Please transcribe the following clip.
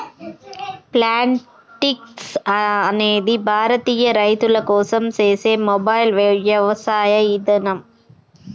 Plantix అనేది భారతీయ రైతుల కోసం సేసే మొబైల్ యవసాయ ఇదానం